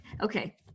Okay